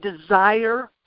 desire